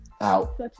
out